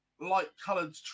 light-coloured